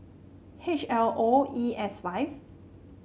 H L O E S five